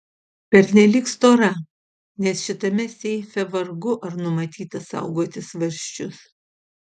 pernelyg stora nes šitame seife vargu ar numatyta saugoti svarsčius